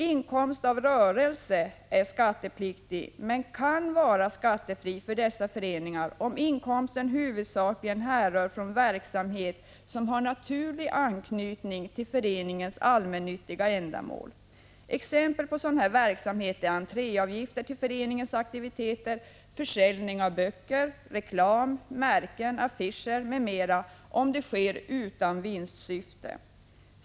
Inkomst av rörelse är skattepliktig men kan vara skattefri för dessa föreningar, om inkomsten huvudsakligen härrör från verksamhet som har naturlig anknytning till föreningens allmännyttiga ändamål. Exempel på sådan inkomst är entréavgifter i samband med föreningens aktiviteter, försäljning av böcker, reklam, märken, affischer, m.m. om detta sker utan vinstsyfte.